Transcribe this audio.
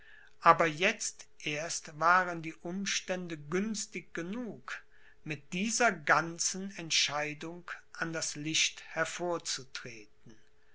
aber jetzt erst waren die umstände günstig genug mit dieser ganzen entscheidung an das licht hervorzutreten